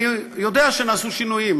אני יודע שנעשו שינויים,